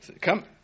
Come